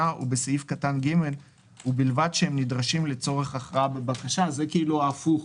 ובסעיף קטן (ג) ובלבד שהם נדרשים לצורך הכרעה בבקשה." זה כאילו ההפוך,